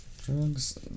drugs